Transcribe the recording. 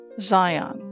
Zion